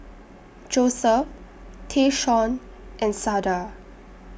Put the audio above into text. Joseph Tayshaun and Sada